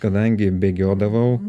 kadangi bėgiodavau